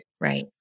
Right